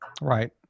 Right